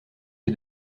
est